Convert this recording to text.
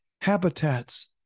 habitats